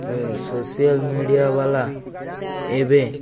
social ମିଡିଆବାଲା ଏବେ